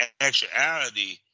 actuality